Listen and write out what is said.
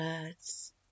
birds